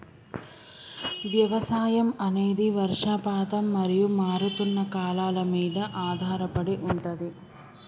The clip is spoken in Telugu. వ్యవసాయం అనేది వర్షపాతం మరియు మారుతున్న కాలాల మీద ఆధారపడి ఉంటది